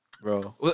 Bro